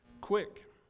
Quick